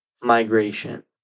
migration